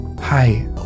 hi